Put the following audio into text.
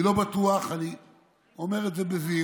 אני לא בטוח, אני אומר את זה בזהירות.